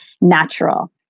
natural